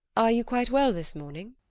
are you quite well this morning?